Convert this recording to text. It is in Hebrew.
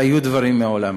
והיו דברים מעולם.